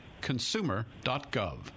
consumer.gov